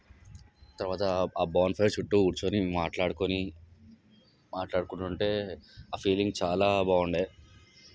తర్వాత ఆ bonfire చుట్టూ కూర్చోని మేం మాట్లాడుకోని మాట్లాడుకుంటుంటే ఆ ఫీలింగ్ చాలా బాగుండే